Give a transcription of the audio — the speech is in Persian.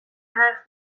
حرف